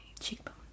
cheekbone